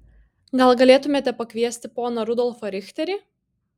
gal galėtumėte pakviesti poną rudolfą richterį